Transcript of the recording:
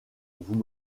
vous